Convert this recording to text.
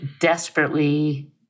desperately